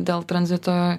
dėl tranzito